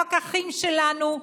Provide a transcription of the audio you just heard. הפקחים שלנו,